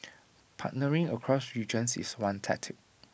partnering across regions is one tactic